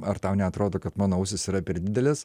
ar tau neatrodo kad mano ausys yra per didelės